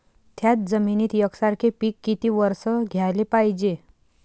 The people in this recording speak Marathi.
थ्याच जमिनीत यकसारखे पिकं किती वरसं घ्याले पायजे?